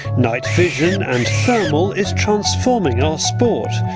night vision and thermal is transforming our sport.